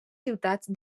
ciutats